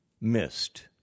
missed